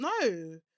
No